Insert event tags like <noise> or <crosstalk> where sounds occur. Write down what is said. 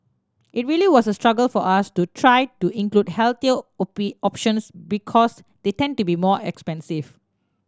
it really was a struggle for us to try to include healthier <unintelligible> options because they tend to be more expensive